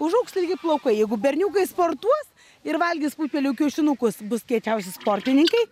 užaugs ilgi plaukai jeigu berniukai sportuos ir valgys putpelių kiaušinukus bus kiečiausi sportininkai